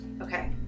Okay